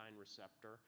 receptor